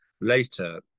later